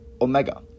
Omega